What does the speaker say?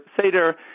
Seder